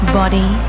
body